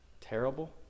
terrible